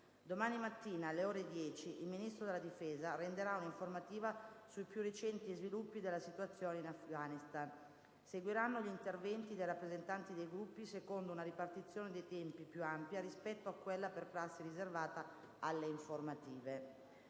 Domani mattina, alle ore 10, il Ministro della difesa renderà un'informativa sui più recenti sviluppi della situazione in Afghanistan. Seguiranno gli interventi dei rappresentanti dei Gruppi, secondo una ripartizione dei tempi più ampia rispetto a quella per prassi riservata alle informative.